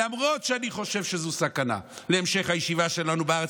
למרות שאני חושב שזו סכנה להמשך הישיבה שלנו בארץ,